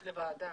לוועדה.